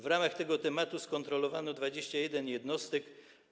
W ramach tego tematu skontrolowano 21 jednostek.